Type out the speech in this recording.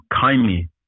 kindly